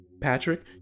Patrick